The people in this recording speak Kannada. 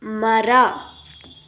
ಮರ